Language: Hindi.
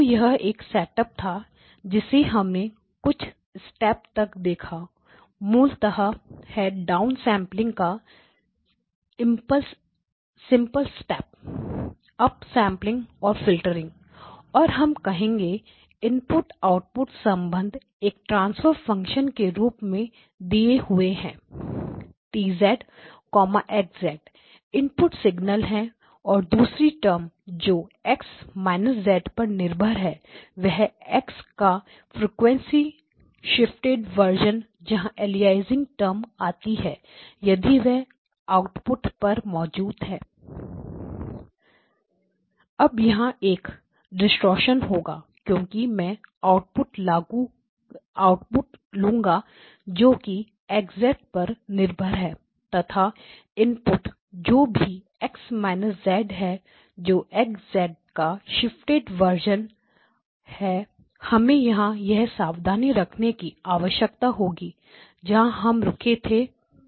तो यह एक सेटअप था जिसे हमने कुछ स्टेप तक देखा मूलतः है डाउनलोडिंग का सिंपल स्टेप अप सेंपलिंग और फिल्टरिंग और हम कहेंगे इनपुट आउटपुट संबंध एक ट्रांसफर फंक्शन के रूप में दिए हुए हैं T X इनपुट सिगनल है और दूसरी टर्म जो X − z पर निर्भर है वह X का फ्रीक्वेंसी शिफ्टेड वर्जन जहां अलियासिंग टर्म आती है यदि वह आउटपुट पर मौजूद है अब यहां एक डिस्टॉर्शन होगा क्योंकि मैं आउटपुट लूंगा जोकि X पर निर्भर है तथा इनपुट भी जो X − z है जो X का शिफ्टेड वर्जन है हमें यहां यह सावधानी रखने की आवश्यकता होगी जहां हम रुके थे उस